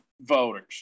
voters